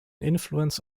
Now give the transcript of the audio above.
influence